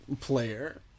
player